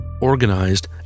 organized